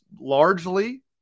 largely